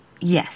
yes